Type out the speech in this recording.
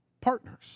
partners